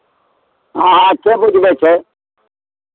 हँ हँ से बुझले छै